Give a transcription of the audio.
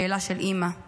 שאלה של אימא.